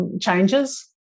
changes